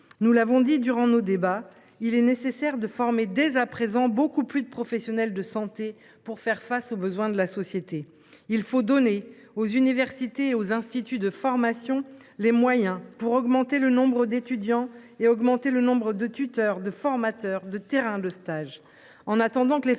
Nous l’avons dit durant nos débats, il est nécessaire de former dès à présent beaucoup plus de professionnels de santé pour faire face aux besoins de la société. Il faut donner aux universités et aux instituts de formation les moyens d’augmenter le nombre d’étudiants et de tuteurs, de formateurs, de terrains de stage.